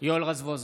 יואל רזבוזוב,